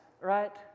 right